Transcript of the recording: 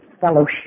fellowship